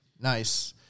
Nice